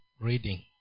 reading